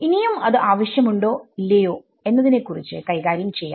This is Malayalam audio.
ഇനീയും അത് ആവശ്യം ഉണ്ടോ ഇല്ലയോ എന്നതിനെ കുറിച്ച് കൈകാര്യം ചെയ്യാം